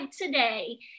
today